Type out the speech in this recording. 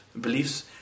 beliefs